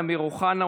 אמיר אוחנה,